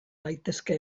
gaitezke